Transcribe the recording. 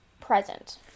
present